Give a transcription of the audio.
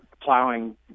plowing